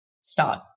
start